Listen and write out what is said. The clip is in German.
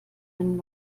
einen